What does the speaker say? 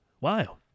Wow